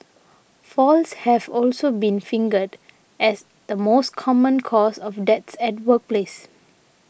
falls have also been fingered as the most common cause of deaths at the workplace